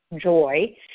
joy